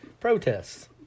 protests